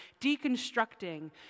deconstructing